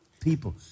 people